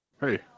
Hey